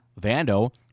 Vando